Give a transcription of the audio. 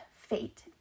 fate